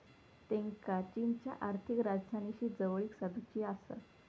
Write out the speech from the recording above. त्येंका चीनच्या आर्थिक राजधानीशी जवळीक साधुची आसा